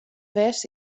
west